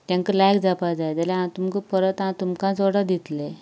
तांकां लायक जावपा जाय जाल्या आं तुमकां परत हांव तुमकांच ऑडर दितलें